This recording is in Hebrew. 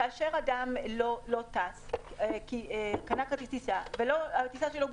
כאשר אדם קנה כרטיס טיסה והטיסה שלו בוטלה,